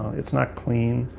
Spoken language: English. it's not clean,